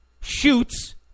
shoots